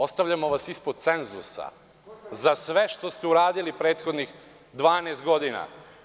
Ostavljamo vas ispod cenzusa za sve što ste uradili prethodnih 12 godina.